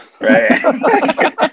Right